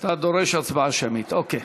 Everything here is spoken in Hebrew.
אתה דורש הצבעה שמית, אוקיי.